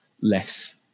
less